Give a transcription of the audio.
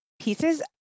pieces